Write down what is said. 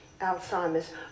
Alzheimer's